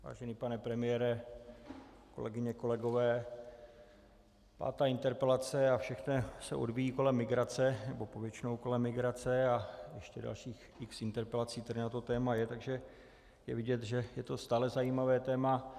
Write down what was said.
Vážený pane premiére, kolegyně, kolegové, pátá interpelace a všechno se odvíjí kolem migrace, nebo povětšinou kolem migrace a ještě dalších x interpelací tady na to téma je, takže je vidět, že je to stále zajímavé téma.